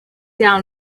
down